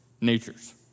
natures